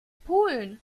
pulen